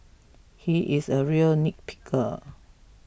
he is a real nitpicker